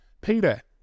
Peter